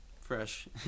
fresh